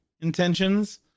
intentions